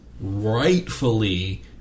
rightfully